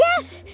Yes